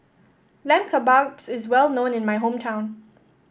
Lamb Kebabs is well known in my hometown